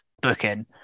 booking